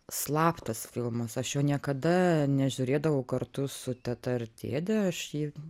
slaptas filmas aš jo niekada nežiūrėdavau kartu su teta ar dėdė aš jį